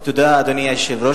תודה, אדוני היושב-ראש.